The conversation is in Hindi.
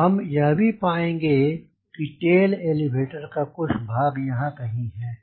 हम यह भी पाएंगे कि टेल एलीवेटर का कुछ भाग यहाँ कहीं है